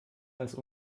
als